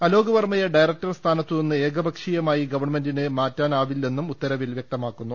അലോക് വർമ്മയെ ഡയറക്ടർ സ്ഥാനത്തുനിന്ന് ഏകപക്ഷീയമായി ഗവൺമെന്റിന് മാറ്റാനാവില്ലെന്നും ഉത്തരവിൽ പറയുന്നു